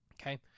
Okay